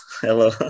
Hello